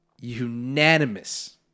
unanimous